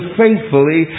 faithfully